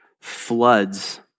floods